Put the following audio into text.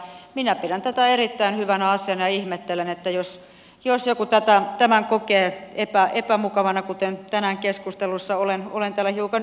minä pidän tätä erittäin hyvänä asiana ja ihmettelen jos joku tämän kokee epämukavana kuten tänään keskusteluissa olen täällä hiukan ymmärtänyt